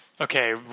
Okay